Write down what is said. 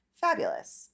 Fabulous